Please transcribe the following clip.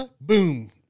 boom